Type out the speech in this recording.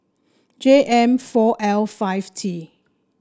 J M four L five T